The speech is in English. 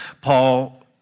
Paul